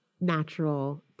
natural